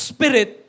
Spirit